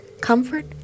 comfort